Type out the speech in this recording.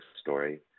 story